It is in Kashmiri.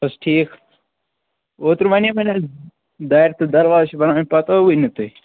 بَس ٹھِیٖک اوترٕ ونے مےٚ نا دارِ تہٕ دروازٕ چھِ بناوٕنۍ پتہٕ آوٕے نہٕ تُہۍ